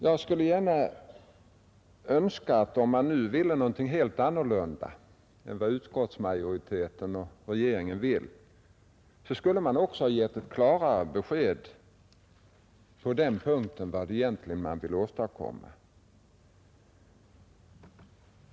Jag skulle gärna se att om man nu vill något helt annorlunda än vad utskottsmajoriteten och regeringen vill, att man också gett ett klarare besked om vad man egentligen vill åstadkomma.